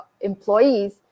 employees